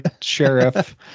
sheriff